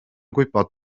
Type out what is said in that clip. gwybod